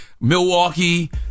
Milwaukee